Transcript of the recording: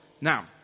Now